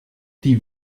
die